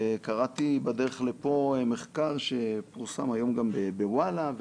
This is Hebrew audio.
קראתי בדרך לפה מחקר שפורסם היום גם בוואלה,